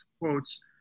quotes